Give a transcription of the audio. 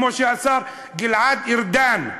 כמו שעשה גלעד ארדן,